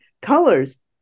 colors